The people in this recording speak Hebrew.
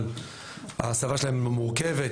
אבל ההסבה שלהם מורכבת,